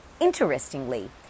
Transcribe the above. interestingly